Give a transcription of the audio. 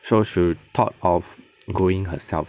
so she thought of growing herself